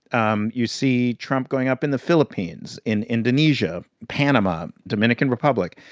um you see trump going up in the philippines, in indonesia, panama, dominican republic,